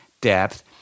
depth